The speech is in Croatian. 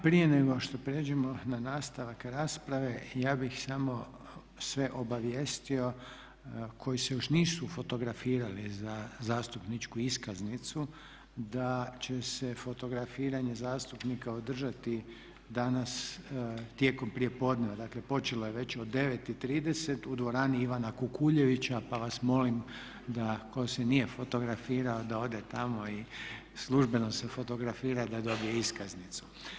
Prije nego što pređemo na nastavak rasprave ja bih samo sve obavijestio koji se još nisu fotografirali za zastupničku iskaznicu da će se fotografiranje zastupnika održati danas tijekom prijepodneva, dakle počelo je već od 9,30 u dvorani Ivana Kukuljevića. pa vas molim da tko se nije fotografirao da ode tamo i službeno se fotografira da dobije iskaznicu.